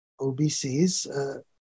OBCs